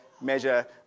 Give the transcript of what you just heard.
measure